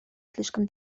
слишком